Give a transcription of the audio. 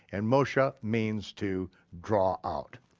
and moshe means to draw out.